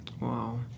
Wow